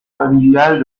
familiales